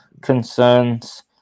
concerns